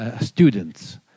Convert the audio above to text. students